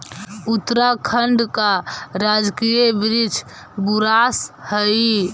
उत्तराखंड का राजकीय वृक्ष बुरांश हई